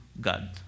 God